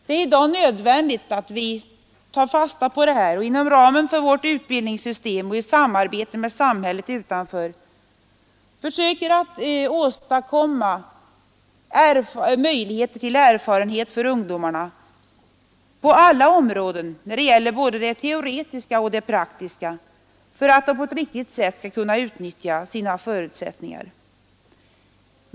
Det är i dag nödvändigt att vi tar fasta på detta och inom ramen för vårt utbildningssystem och i samarbete med samhället utanför försöker åstadkomma möjligheter för ungdomarna att få erfarenheter på alla områden, när det gäller både det teoretiska och det praktiska, för att de på ett riktigt sätt skall kunna utnyttja sina förutsättningar.